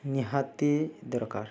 ନିହାତି ଦରକାର